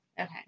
Okay